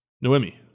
Noemi